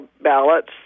ballots